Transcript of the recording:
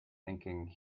thinking